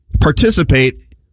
participate